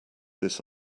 this